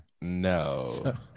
No